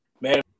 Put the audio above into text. Man